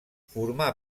formà